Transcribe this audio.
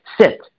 sit